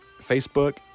Facebook